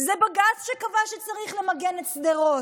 זה בג"ץ שקבע שצריך למגן את שדרות.